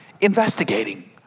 investigating